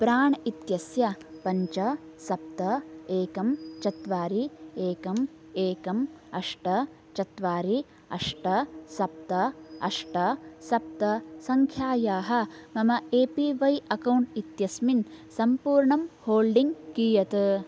प्राण् इत्यस्य पञ्च सप्त एकं चत्वारि एकम् एकम् अष्ट चत्वारि अष्ट सप्त अष्ट सप्त सङ्ख्यायाः मम ए पी वय् अक्कौण्ट् इत्यस्मिन् सम्पूर्णं होल्डिङ्ग् कीयत्